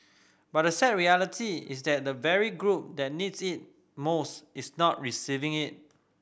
but the sad reality is that the very group that needs it most is not receiving it